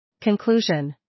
Conclusion